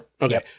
Okay